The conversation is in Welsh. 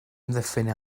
amddiffyn